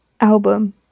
Album